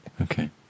Okay